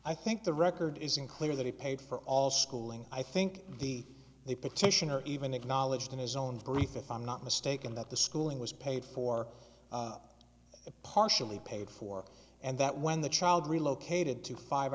i think the record isn't clear that he paid for all schooling i think the a petition or even acknowledged in his own brief if i'm not mistaken that the schooling was paid for partially paid for and that when the child relocated to five